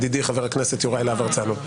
ידידי חבר הכנסת יוראי להב הרצנו.